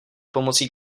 pomocí